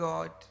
God